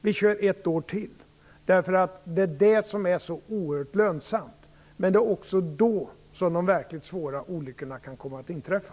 Det är nämligen det som är så oerhört lönsamt. Men det är också då de verkligt svåra olyckorna kan komma att inträffa.